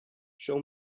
show